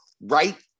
right